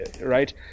right